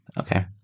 okay